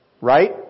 Right